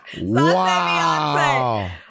wow